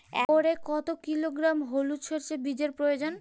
একরে কত কিলোগ্রাম হলুদ সরষে বীজের প্রয়োজন?